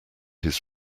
his